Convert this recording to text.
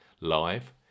live